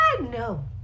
No